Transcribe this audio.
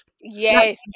Yes